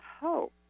hope